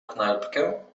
knajpkę